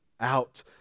out